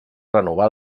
renovar